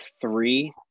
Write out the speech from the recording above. three